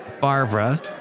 Barbara